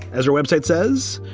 as our web site says,